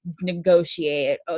negotiate